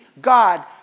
God